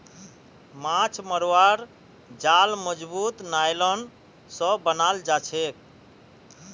माछ मरवार जाल मजबूत नायलॉन स बनाल जाछेक